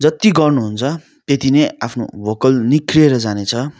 जति गर्नु हुन्छ त्यति नै आफ्नो भोकल निख्रेर जाने छ